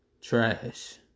Trash